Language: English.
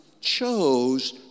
chose